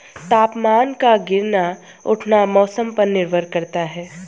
तापमान का गिरना उठना मौसम पर निर्भर करता है